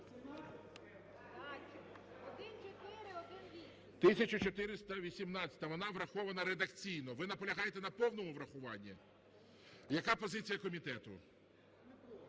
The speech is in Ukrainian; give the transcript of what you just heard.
1418-а. Вона врахована редакційно. Ви наполягаєте на повному врахуванні? Яка позиція комітету?